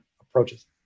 approaches